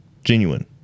Genuine